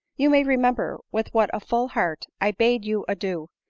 you may remember with what a full heart i bade you adieu,